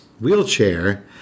Wheelchair